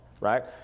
right